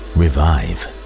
revive